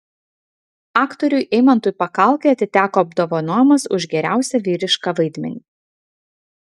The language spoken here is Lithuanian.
aktoriui eimantui pakalkai atiteko apdovanojimas už geriausią vyrišką vaidmenį